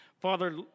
Father